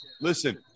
listen